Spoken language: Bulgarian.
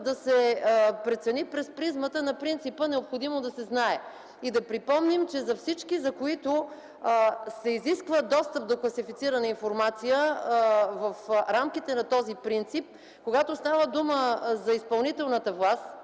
да се прецени през призмата на принципа „необходимост да се знае”. Да припомним, че за всички, за които се изисква достъп до класифицирана информация в рамките на този принцип, когато става дума за изпълнителната власт,